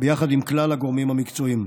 ביחד עם כלל הגורמים המקצועיים.